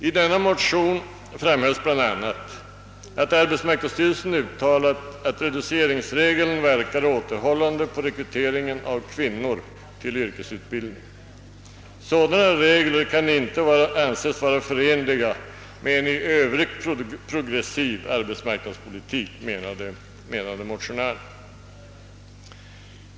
I denna motion framhölls bl.a. att arbetsmarknadsstyrelsen uttalat att reduceringsregeln verkade återhållande på rekryteringen av kvinnor till yrkesutbildning. Sådana regler kan inte anses vara förenliga med en i övrigt progressiv arbetsmarknadspolitik, menade motionärerna.